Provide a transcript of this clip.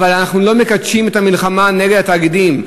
אבל אנחנו לא מקדשים את המלחמה נגד התאגידים.